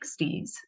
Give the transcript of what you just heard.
1960s